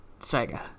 Sega